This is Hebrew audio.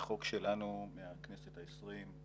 זה חוק שלנו מהכנסת ה-20.